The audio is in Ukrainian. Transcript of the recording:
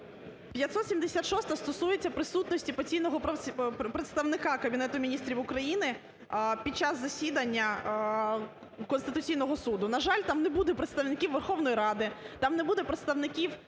576-а стосується присутності постійного представника Кабінету Міністрів України під час засідання Конституційного Суду. На жаль, там не буде представників Верховної Ради, там не буде представників